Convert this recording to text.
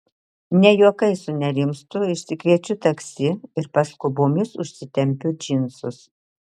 ne juokais sunerimstu išsikviečiu taksi ir paskubomis užsitempiu džinsus